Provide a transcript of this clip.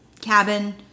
cabin